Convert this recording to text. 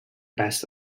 best